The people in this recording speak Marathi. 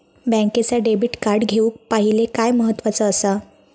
बँकेचा डेबिट कार्ड घेउक पाहिले काय महत्वाचा असा?